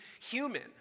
human